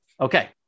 Okay